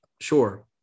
sure